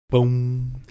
Boom